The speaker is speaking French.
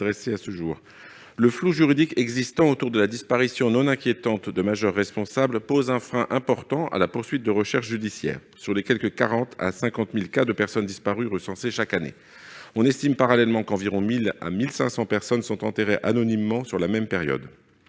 été donnée. Le flou juridique qui entoure la disparition non inquiétante de majeurs responsables pose un frein important à la poursuite de recherches judiciaires, dans les quelque 40 000 à 50 000 cas de personnes disparues recensés chaque année. On estime parallèlement qu'environ 1 000 à 1 500 personnes sont enterrées anonymement durant la même période.